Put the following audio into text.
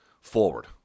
forward